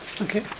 Okay